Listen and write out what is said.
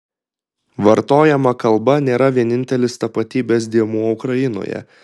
vartojama kalba nėra vienintelis tapatybės dėmuo ukrainoje